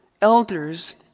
elders